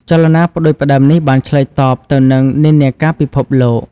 ចលនាផ្តួចផ្តើមនេះបានឆ្លើយតបទៅនឹងនិន្នាការពិភពលោក។